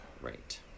Right